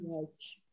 yes